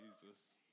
Jesus